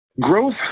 growth